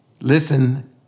Listen